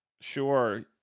sure